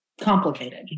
complicated